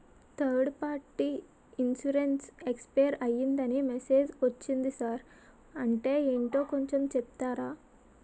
Third party insurance expire అయ్యిందని message ఒచ్చింది sir అంటే ఏంటో కొంచె చెప్తారా?